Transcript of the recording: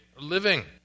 living